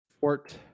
Fort